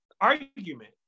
argument